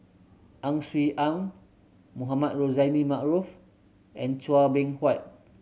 Ang Swee Aun Mohamed Rozani Maarof and Chua Beng Huat